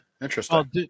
Interesting